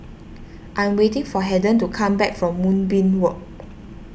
I'm waiting for Haden to come back from Moonbeam Walk